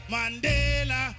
Mandela